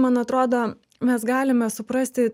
man atrodo mes galime suprasti